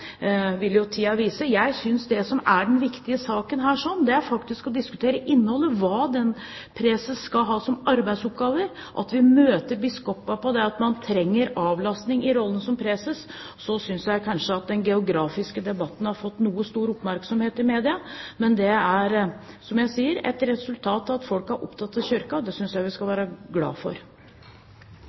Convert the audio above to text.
vise. Jeg synes det som er viktig i denne saken, er å diskutere innholdet, hva preses skal ha av arbeidsoppgaver, og at vi møter biskopene på det at man trenger avlastning i rollen som preses. Jeg synes kanskje at den geografiske debatten har fått noe stor oppmerksomhet i media. Men det er, som jeg sier, et resultat av at folk er opptatt av Kirken, og det synes jeg vi skal være glad for.